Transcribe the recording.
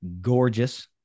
gorgeous